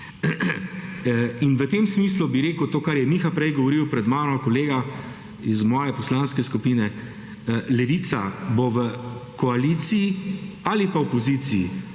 In v tem smislu bi rekel to, kar je Miha prej govoril pred mano, kolega iz moje poslanske skupine, Levica bo v koaliciji ali pa opoziciji